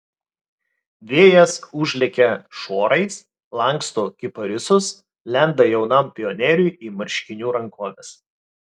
vėjas užlekia šuorais lanksto kiparisus lenda jaunam pionieriui į marškinių rankoves